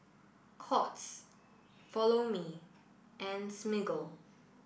courts Follow Me and Smiggle